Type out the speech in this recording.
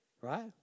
Right